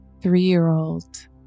three-year-old